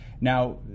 Now